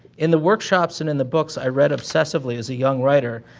in the workshops and in the books i read obsessively as a young writer,